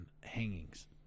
hangings